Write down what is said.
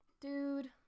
Dude